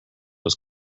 was